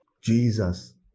Jesus